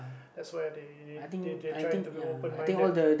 that's where they they they trying to be open minded but